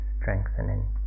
strengthening